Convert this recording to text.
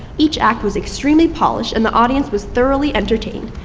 each act was extremely polished, and the audience was thoroughly entertained.